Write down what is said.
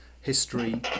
history